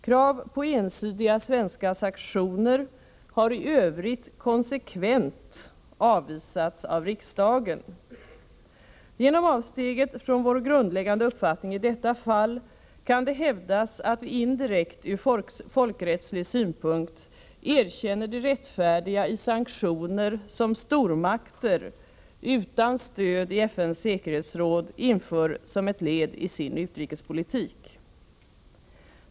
Krav på ensidiga svenska sanktioner har i övrigt konsekvent avvisats av riksdagen. Genom avsteget från vår grundläggande uppfattning i detta fall kan det hävdas att vi ur folkrättslig synpunkt indirekt erkänner det rättfärdiga i sanktioner som stormakter utan stöd i FN:s säkerhetsråd inför som ett led i sin utrikespolitik.